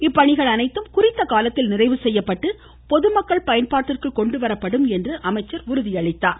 இப்பணிகள் அனைத்தும் குறித்த காலத்தில் நிறைவுசெய்யப்பட்டு பொதுமக்கள் பயன்பாட்டிற்கு கொண்டு வரப்படும் என்று அவர் உறுதியளித்தார்